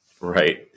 Right